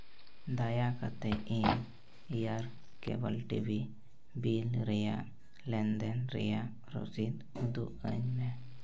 ᱫᱟᱭᱟ ᱠᱟᱛᱮᱫ ᱤᱧ ᱤᱭᱟᱨ ᱠᱮᱵᱮᱞ ᱴᱤᱵᱷᱤ ᱵᱤᱞ ᱨᱮᱭᱟᱜ ᱞᱮᱱᱫᱮᱱ ᱨᱮᱭᱟᱜ ᱨᱚᱥᱤᱫ ᱩᱫᱩᱜ ᱟᱹᱧ ᱢᱮ